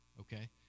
Okay